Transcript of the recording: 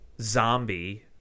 zombie